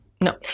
No